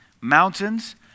Mountains